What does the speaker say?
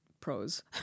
pros